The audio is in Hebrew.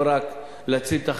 לא רק להציל את החברה,